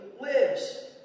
lives